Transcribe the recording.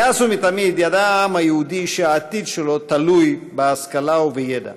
מאז ומתמיד ידע העם היהודי שהעתיד שלו תלוי בהשכלה ובידע.